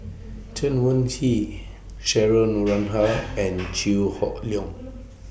Chen Wen Hsi Cheryl Noronha and Chew Hock Leong